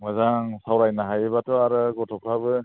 मोजां सावरायनो हायोबाथ' आरो गथ'फ्राबो